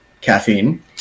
caffeine